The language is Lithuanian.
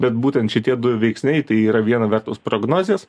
bet būtent šitie du veiksniai tai yra viena vertus prognozės